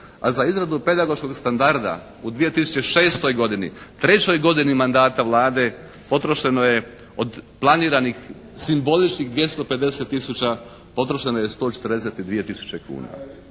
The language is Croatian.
a za izradu pedagoškog standarda u 2006. godini, trećoj godini mandata Vlade potrošeno je od planiranih simboličnih 250 tisuća potrošeno je 142 tisuće kuna.